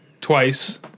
twice